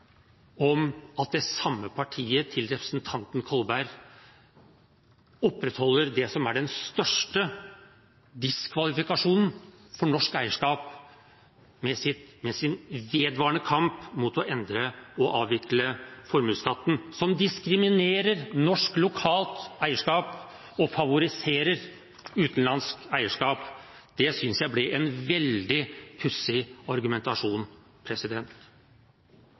om norsk eierskap; jeg er veldig glad for det. Men vi trenger ikke å lese mer enn i dagens aviser for å se at det samme partiet, representanten Kolbergs parti, opprettholder det som er den største diskvalifikasjonen for norsk eierskap, med sin vedvarende kamp mot å endre og avvikle formuesskatten, som diskriminerer norsk lokalt eierskap og favoriserer utenlandsk